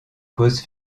causes